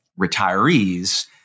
retirees